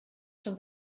schon